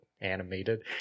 animated